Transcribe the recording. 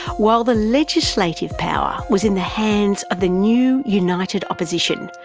while the legislative power was in the hands of the new united opposition,